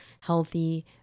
healthy